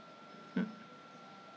hmm